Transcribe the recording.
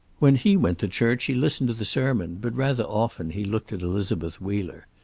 when he went to church he listened to the sermon, but rather often he looked at elizabeth wheeler.